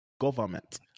government